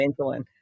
insulin